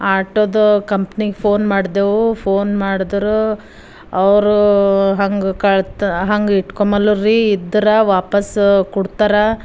ಆಟೋದ ಕಂಪ್ನಿಗೆ ಫೋನ್ ಮಾಡ್ದೆವು ಫೋನ್ ಮಾಡಿದ್ರು ಅವರು ಹಾಗೆ ಕಳ್ತ ಹಾಗೆ ಇಟ್ಕೊಮಲ್ಲೂರಿ ಇದ್ರ ವಾಪಸ್ಸು ಕೊಡ್ತಾರ